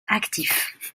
actif